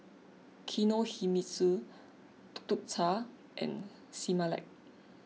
Kinohimitsu Tuk Tuk Cha and Similac